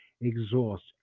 exhaust